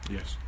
Yes